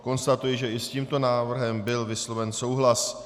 Konstatuji, že i s tímto návrhem byl vysloven souhlas.